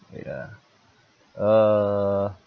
wait ah uh